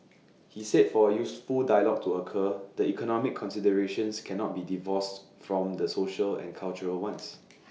he said for A useful dialogue to occur the economic considerations cannot be divorced from the social and cultural ones